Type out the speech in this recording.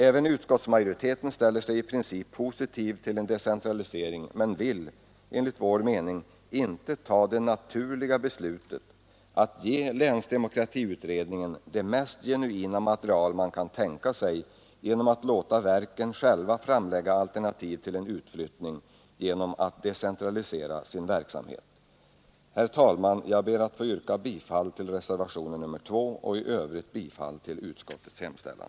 Även utskottsmajoriteten ställer sig i princip positiv till en decentralisering men vill inte fatta det enligt vår uppfattning naturliga beslutet att ge länsdemokratiutredningen det mest genuina material man kan tänka sig genom att låta verken själva framlägga alternativ till en utflyttning i form av förslag till decentralisering av verksamheten. Herr talman! Jag ber att få yrka bifall till reservationen 2 och i övrigt till utskottets hemställan.